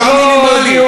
זה לא דיון כרגע.